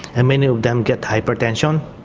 and many of them get hypertension.